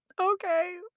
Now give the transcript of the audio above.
okay